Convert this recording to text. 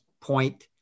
point